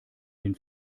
den